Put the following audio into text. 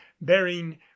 bearing